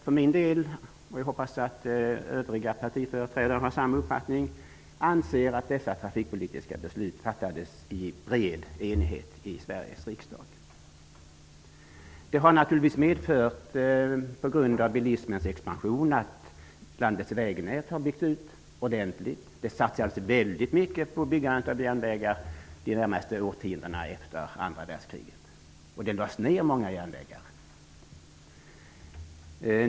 För min del, och jag hoppas att övriga partiföreträdare har samma uppfattning, anser jag att dessa trafikpolitiska beslut fattades med bred enighet i Sveriges riksdag. Bilismens expansion har naturligtvis medfört att landets vägnät har byggts ut ordentligt. Det satsades väldigt mycket på byggandet av järnvägar de närmaste årtiondena efter andra världskriget. Många järnvägar lades också ned.